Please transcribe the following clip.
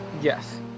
Yes